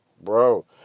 bro